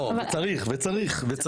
יש